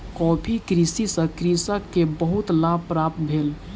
coffee कृषि सॅ कृषक के बहुत लाभ प्राप्त भेल